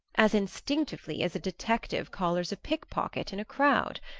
as instinctively as a detective collars a pick-pocket in a crowd.